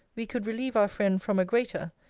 we could relieve our friend from a greater,